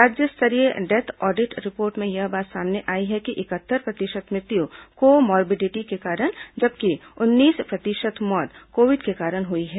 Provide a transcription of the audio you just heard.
राज्य स्तरीय death audit report में यह बात सामने आई है कि इकहत्तर प्रतिशत मृत्यु कोमार्बिडिटी के कारण जबकि उनतीस प्रतिशत मौतें कोविड के कारण हुई है